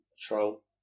Troll